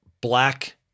black